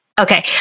Okay